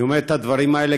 אני אומר את הדברים האלה,